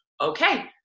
Okay